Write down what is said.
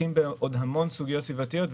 עוסקים בעוד המון סוגיות סביבתיות.